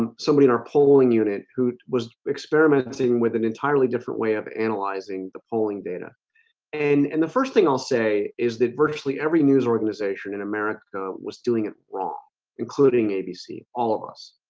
and somebody in our polling unit who was experimenting with an entirely different way of analyzing the polling data and and the first thing i'll say is that virtually every news organization in america was doing it wrong including abc all of us.